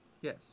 Yes